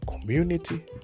community